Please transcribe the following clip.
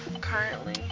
currently